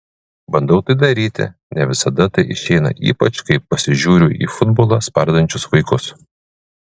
bandau tai daryti ne visada tai išeina ypač kai pasižiūriu į futbolą spardančius vaikus